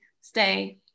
stay